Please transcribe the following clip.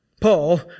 Paul